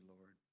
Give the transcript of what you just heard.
Lord